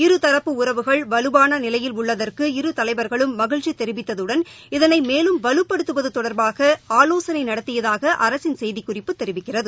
இருதரப்பு உறவுகள் வலுவான நிலையில் உள்ளதற்கு இரு தலைவர்களும் மகிழ்ச்சி தெரிவித்ததுடன் இதனை மேலும் வலுப்படுத்து தொடர்பாக ஆலோசனை நடத்தியதாக அரசின் செய்திக் குறிப்பு தெரிவிக்கிறது